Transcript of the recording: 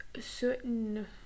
certain